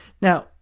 Now